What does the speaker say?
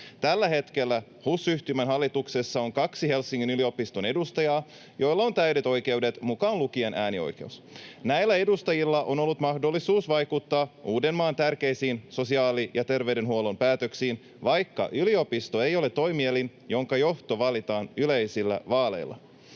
Tällä hetkellä HUS-yhtymän hallituksessa on kaksi Helsingin yliopiston edustajaa, joilla on täydet oikeudet, mukaan lukien äänioikeus. Näillä edustajilla on ollut mahdollisuus vaikuttaa Uudenmaan tärkeisiin sosiaali- ja terveydenhuollon päätöksiin, vaikka yliopisto ei ole toimielin, jonka johto valitaan yleisillä vaaleilla.